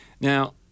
Now